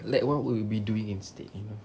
like what would we be doing instead you know